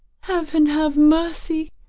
heaven have mercy!